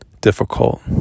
difficult